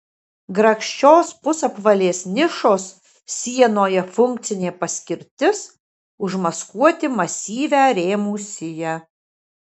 grakščios pusapvalės nišos sienoje funkcinė paskirtis užmaskuoti masyvią rėmų siją